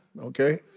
okay